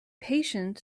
patient